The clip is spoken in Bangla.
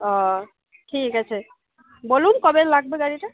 ও ঠিক আছে বলুন কবে লাগবে গাড়িটা